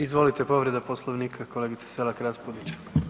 Izvolite, povreda Poslovnika kolegice Selak Raspudić.